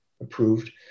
approved